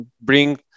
bring